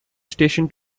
station